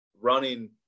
running